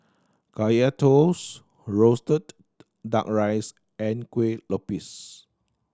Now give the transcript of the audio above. Kaya Toast roasted Duck Rice and Kueh Lopes